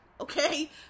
okay